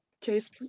case